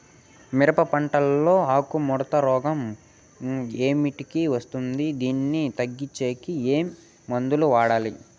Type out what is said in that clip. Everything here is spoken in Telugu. మిరప పంట లో ఆకు ముడత రోగం ఏమిటికి వస్తుంది, దీన్ని తగ్గించేకి ఏమి మందులు వాడాలి?